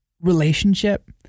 relationship